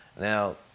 Now